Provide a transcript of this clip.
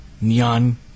neon